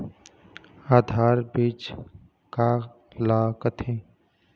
आधार बीज का ला कथें?